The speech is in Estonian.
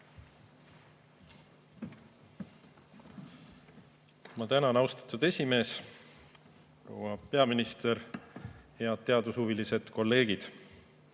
Ma tänan, austatud esimees! Proua peaminister! Head teadushuvilised kolleegid!